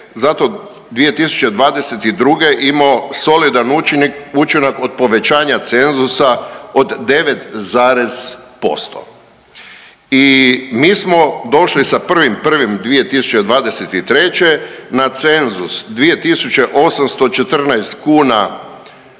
zato 2022. imao solidan učinak od povećanja cenzusa od 9 zarez posto. I mi smo došli sa 1.1.2023. na cenzus 2.814 kuna